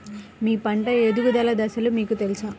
మీ పంట ఎదుగుదల దశలు మీకు తెలుసా?